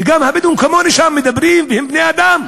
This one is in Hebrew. וגם הבדואים, כמוני, שם, מדברים, והם בני-אדם.